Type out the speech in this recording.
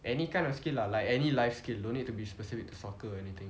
any kind of skill lah like any life skill don't need to be specific to soccer or anything